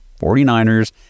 49ers